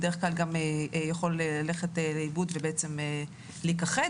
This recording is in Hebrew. בדרך כלל גם יכול ללכת לאיבוד ובעצם להיכחד,